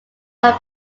are